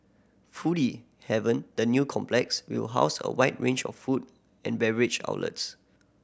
foodie haven the new complex will house a wide range of food and beverage outlets